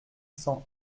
cent